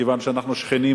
כיוון שאנחנו שכנים,